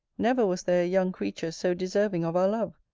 never was there a young creature so deserving of our love.